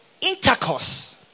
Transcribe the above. intercourse